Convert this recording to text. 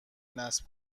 نصب